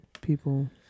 people